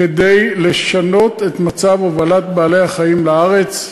כדי לשנות את מצב הובלת בעלי-החיים לארץ,